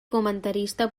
comentarista